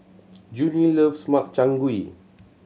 Junie loves Makchang Gui